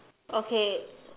okay